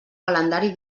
calendari